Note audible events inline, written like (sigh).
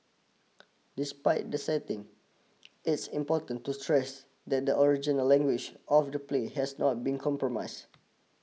(noise) despite the setting (noise) it's important to stress that the original language of the play has not been compromise